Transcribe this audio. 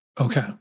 Okay